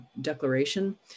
Declaration